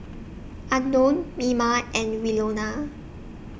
Unknown Mima and Winona